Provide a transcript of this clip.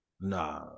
Nah